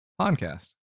podcast